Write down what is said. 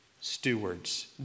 Stewards